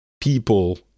people